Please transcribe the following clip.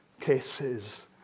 cases